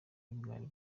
bwari